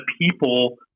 people